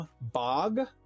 bog